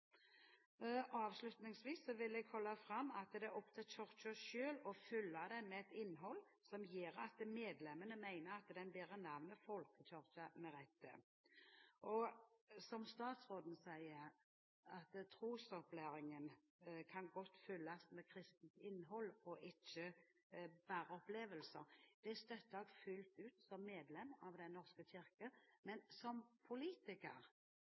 Avslutningsvis vil jeg holde fram at det er opp til Kirken selv å fylle den med et innhold som gjør at medlemmene mener at den bærer navnet folkekirke med rette. Som statsråden sier, kan trosopplæringen godt fylles med kristent innhold og ikke bare opplevelser. Det støtter jeg fullt ut som medlem av Den norske kirke. Men som politiker